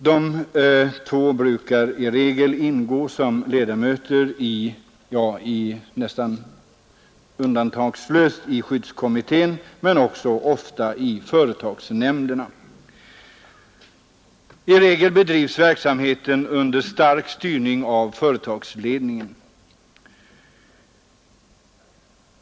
Dessa ingår som ledamöter nästan undantagslöst i skyddskommittén men ofta också i företagsnämnden. I regel bedrivs verksamheten under stark styrning av företagsledningen.